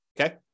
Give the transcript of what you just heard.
Okay